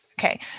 Okay